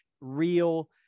real